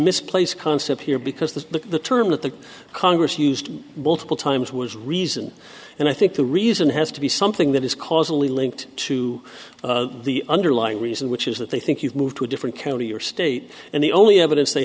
misplaced concept here because the term that the congress used multiple times was reason and i think the reason has to be something that is causally linked to the underlying reason which is that i think you move to a different county or state and the only evidence they